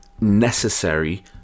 necessary